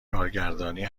کارگردانی